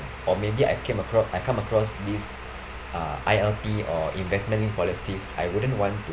or maybe I came acro~ I come across this uh I_L_P or investment linked policies I wouldn't want to